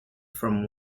from